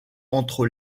entre